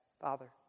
Father